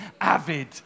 avid